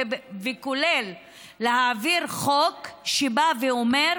וכולל להעביר חוק שבא ואומר,